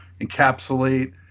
encapsulate